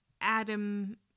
adam